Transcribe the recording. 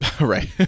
Right